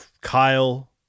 Kyle